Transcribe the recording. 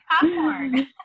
popcorn